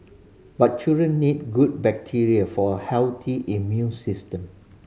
but children need good bacteria for a healthy immune system